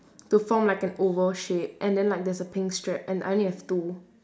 to form like an oval shape and then like there's a pink strap and I only have two